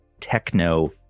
techno